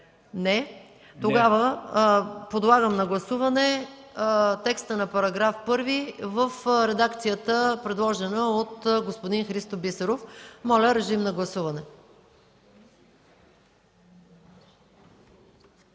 Не. Подлагам на гласуване текста на § 1 в редакцията, предложена от господин Христо Бисеров. Моля, режим на гласуване.